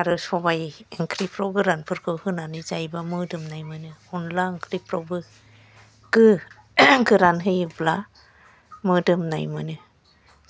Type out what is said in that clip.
आरो सबाइ ओंख्रिखौ गोरानफोरखौ होनानै जायोबा मोदोमनाय मोनो अनला ओंख्रिफ्रावबो गोरान होयोब्ला मोदोमनाय मोनो